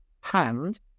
hand